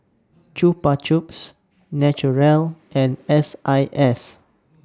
Chupa Chups Naturel and S I S